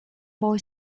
boy